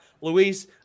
Luis